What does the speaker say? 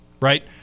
right